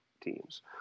teams